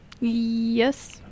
Yes